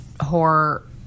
horror